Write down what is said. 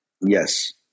Yes